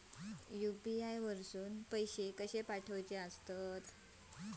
UPI वरसून पैसे कसे पाठवचे?